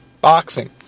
boxing